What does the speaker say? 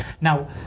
Now